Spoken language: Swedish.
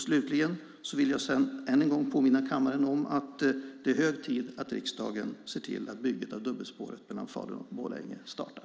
Slutligen vill jag än en gång påminna kammaren om att det är hög tid att riksdagen ser till att bygget av dubbelspåret mellan Falun och Borlänge startar.